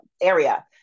area